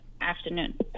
afternoon